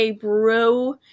bro